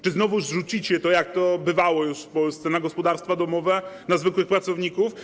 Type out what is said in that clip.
Czy znowu zrzucicie to, jak to bywało już w Polsce, na gospodarstwa domowe, na zwykłych pracowników?